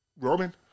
Roman